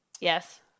Yes